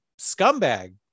scumbag